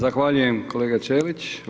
Zahvaljujem kolega Ćelić.